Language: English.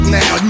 now